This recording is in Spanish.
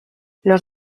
los